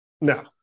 No